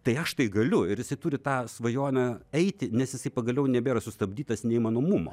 tai aš tai galiu ir jisai turi tą svajonę eiti nes jisai pagaliau nebėra sustabdytas neįmanomumo